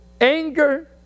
anger